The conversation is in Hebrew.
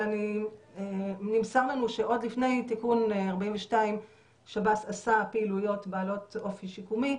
אבל נמסר לנו שעוד לפני תיקון 42 שב"ס עשה פעילויות בעלות אופי שיקומי.